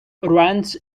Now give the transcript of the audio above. rents